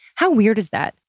how weird is that?